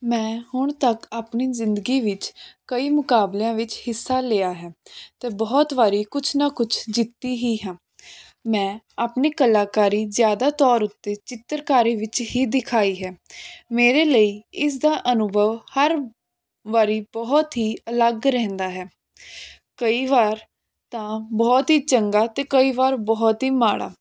ਮੈਂ ਹੁਣ ਤੱਕ ਆਪਣੀ ਜ਼ਿੰਦਗੀ ਵਿੱਚ ਕਈ ਮੁਕਾਬਲਿਆਂ ਵਿੱਚ ਹਿੱਸਾ ਲਿਆ ਹੈ ਅਤੇ ਬਹੁਤ ਵਾਰ ਕੁਛ ਨਾ ਕੁਛ ਜਿੱਤੀ ਹੀ ਹਾਂ ਮੈਂ ਆਪਣੀ ਕਲਾਕਾਰੀ ਜਿਆਦਾ ਤੌਰ ਉਤੇ ਚਿੱਤਰਕਾਰੀ ਵਿੱਚ ਹੀ ਦਿਖਾਈ ਹੈ ਮੇਰੇ ਲਈ ਇਸਦਾ ਅਨੁਭਵ ਹਰ ਵਾਰ ਬਹੁਤ ਹੀ ਅਲੱਗ ਰਹਿੰਦਾ ਹੈ ਕਈ ਵਾਰ ਤਾਂ ਬਹੁਤ ਹੀ ਚੰਗਾ ਅਤੇ ਕਈ ਵਾਰ ਬਹੁਤ ਹੀ ਮਾੜਾ